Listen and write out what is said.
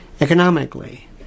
economically